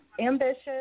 ambitious